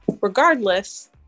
Regardless